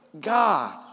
God